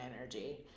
energy